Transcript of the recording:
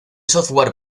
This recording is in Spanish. software